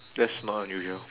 that's not unusual